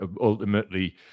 ultimately –